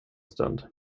stund